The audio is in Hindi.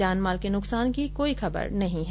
जानमाल के नुकसार की कोई खबर नहीं है